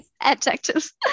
adjectives